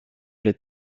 les